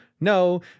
No